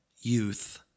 youth